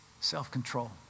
self-control